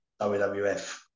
WWF